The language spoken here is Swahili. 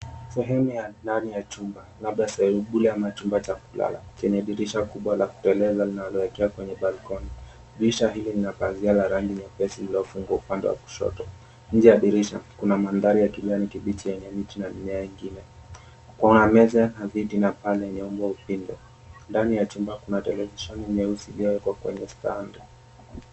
Sehemu ndani ya chumba labda sebuleni ama chumba cha kulala chenye dirisha kubwa la kutueleza linaloelekea kwenye balkoni . Dirisha hili lina pazia la rangi nyepesi lililofunguliwa upande wa kushoto. Nje ya dirisha kuna mandhari ya kijani kibichi yenye miti na mimea mengine. Kuna meza na viti pale nyuma upinde. Ndani ya chumba kuna televisheni nyeusi iliyowekwa kwenye stand .